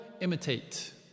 Imitate